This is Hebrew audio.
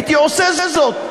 הייתי עושה זאת.